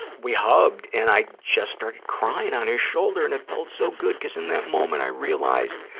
we hugged, and i just started crying on his shoulder and it felt so good because, in that moment, i realized